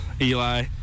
Eli